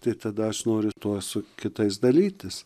tai tada aš noriu tuo su kitais dalytis